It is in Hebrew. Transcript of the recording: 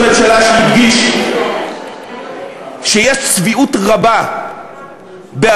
צדק ראש הממשלה כשהדגיש שיש צביעות רבה בהשמצה